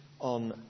on